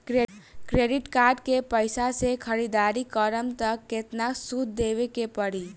Credit card के पैसा से ख़रीदारी करम त केतना सूद देवे के पड़ी?